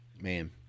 Man